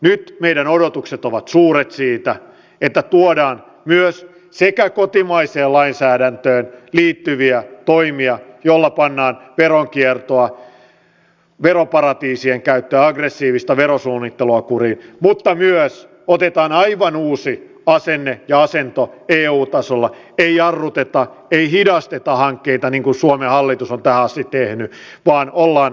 nyt meidän odotuksemme ovat suuret siitä että tuodaan myös kotimaiseen lainsäädäntöön liittyviä toimia joilla pannaan veronkiertoa veroparatiisien käyttöä aggressiivista verosuunnittelua kuriin mutta myös otetaan aivan uusi asenne ja asento eu tasolla ei jarruteta ei hidasteta hankkeita niin kuin suomen hallitus on tähän asti tehnyt vaan ollaan eturintamassa tässä